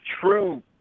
true